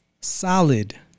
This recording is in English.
solid